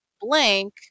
blank